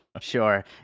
sure